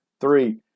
three